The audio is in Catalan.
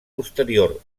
posterior